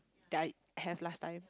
that I have last time